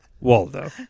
Waldo